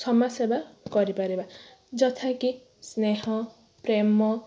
ସମାଜ ସେବା କରିପାରିବା ଯଥା କି ସ୍ନେହ ପ୍ରେମ